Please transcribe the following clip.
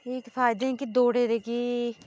इक फायदे के दौड़ें दे कि